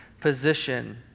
position